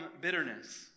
bitterness